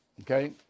Okay